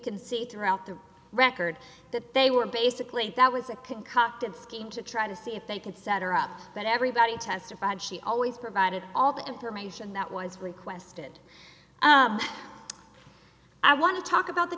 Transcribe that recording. can see throughout the record that they were basically that was a concocted scheme to try to see if they could set her up but everybody testified she always provided all the information that was requested i want to talk about the